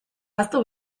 ahaztu